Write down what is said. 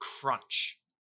crunch